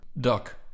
duck